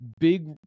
Big